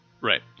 right